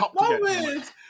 moments